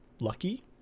lucky